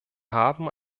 haben